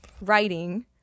writing